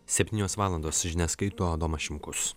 septynios valandos žinias skaito adomas šimkus